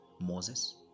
Moses